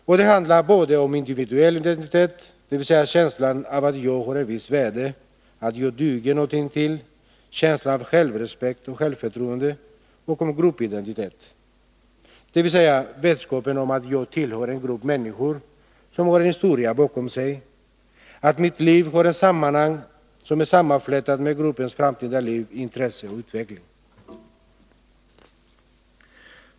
Och det handlar både om individuell identitet — dvs. känslan av att jag har ett visst värde, att jag duger någonting till, känslan av självrespekt och självförtroende — och om gruppidentitet, dvs. vetskapen om att jag tillhör en grupp människor som har en historia bakom sig, att mitt liv har ett sammanhang som är sammanflätat med gruppens framtida liv, intresse och utveckling.